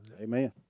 amen